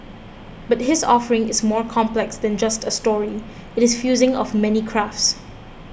but his offering is more complex than just a story it is fusing of many crafts